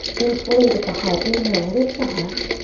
inflate at the heart, inhale, life the heart,